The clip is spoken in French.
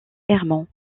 herman